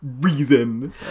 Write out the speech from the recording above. reason